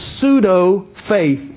pseudo-faith